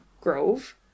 Grove